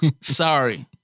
Sorry